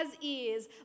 ears